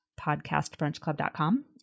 podcastbrunchclub.com